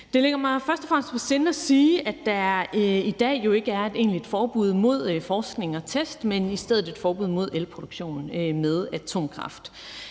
Det ligger mig først og fremmest på sinde at sige, at der jo i dag ikke er et egentligt forbud mod forskning og test, men i stedet et forbud mod elproduktion med atomkraft.